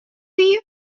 wie